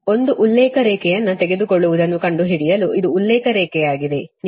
ಆದ್ದರಿಂದಒಂದು ಉಲ್ಲೇಖ ರೇಖೆಯನ್ನು ತೆಗೆದುಕೊಳ್ಳುವುದನ್ನು ಕಂಡುಹಿಡಿಯಲು ಇದು ಉಲ್ಲೇಖ ರೇಖೆಯಾಗಿದೆ ನಿಮ್ಮ VS 152